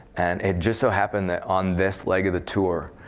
and it just so happened that on this leg of the tour,